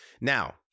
Now